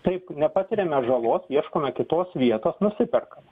taip nepatiriame žalos ieškome kitos vietos nusiperkam